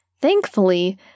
Thankfully